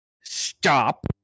Stop